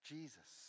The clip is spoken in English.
Jesus